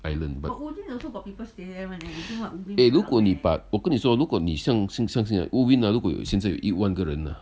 island but eh 如果你把我跟你说 hor 如果你想相信 uh ubin ah 如果现在有一万个人 uh